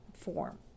form